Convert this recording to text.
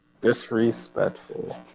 Disrespectful